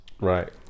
Right